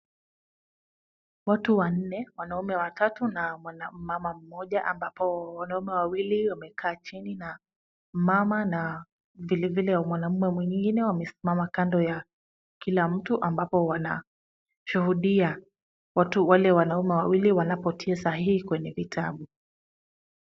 Watu wanne wanaume watatu na mama mmoja ambapo wanaume wawili wamekaa chini na mama na vile vile mwanaume mwingine wamesimama kando ya kila mtu ambapo wanashuhudia watu wale wanaume wawili wanapotia sahihi kwenye vitabu.